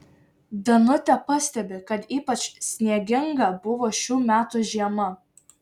danutė pastebi kad ypač snieginga buvo šių metų žiema